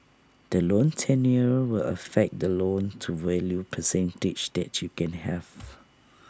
the loan tenure will affect the loan to value percentage that you can have